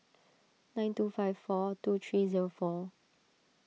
nine two five four two three zero four